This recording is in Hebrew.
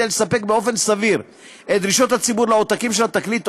לספק באופן סביר את דרישות הציבור לעותקים של התקליט,